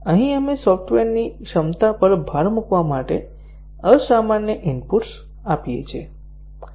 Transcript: અહીં આપણે સોફ્ટવેરની ક્ષમતા પર ભાર મૂકવા માટે અસામાન્ય ઇનપુટ્સ આપીએ છીએ